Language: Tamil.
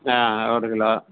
ஆ ஒரு கிலோ